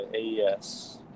AES